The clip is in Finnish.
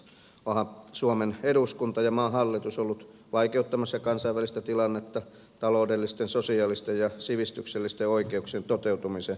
onhan suomen eduskunta ja maan hallitus ollut vaikeuttamassa kansainvälistä tilannetta taloudellisten sosiaalisten ja sivistyksellisten oikeuksien toteutumisen suhteen